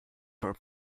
for